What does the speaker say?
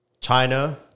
China